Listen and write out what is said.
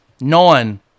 Nine